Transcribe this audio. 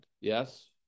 Yes